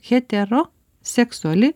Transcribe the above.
hetero seksuali